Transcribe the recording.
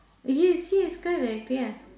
yes yes correct ya